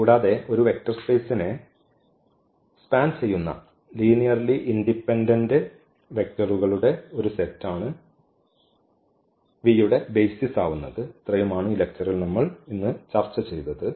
കൂടാതെ ഒരു വെക്റ്റർ സ്പേസിനെ സ്പാൻ ചെയ്യുന്ന ലീനിയർലി ഇൻഡിപെൻഡന്റ് വെക്റ്ററുകളുടെ ഒരു സെറ്റാണ് V യുടെ ബെയ്സിസ് ആവുന്നത് ഇത്രയുമാണ് ഈ ലെക്ച്ചറിൽ നമ്മൾ ചർച്ച ചെയ്തത്